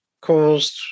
caused